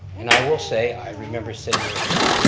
and i will say, i remember sitting there thinking,